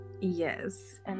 yes